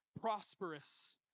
prosperous